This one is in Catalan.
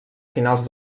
finals